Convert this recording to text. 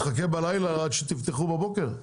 תחכה בלילה עד שתפתחו בבוקר?